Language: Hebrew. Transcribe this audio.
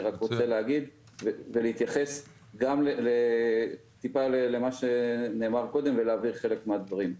אני רק רוצה להתייחס גם למה שנאמר קודם ולהבהיר חלק מהדברים.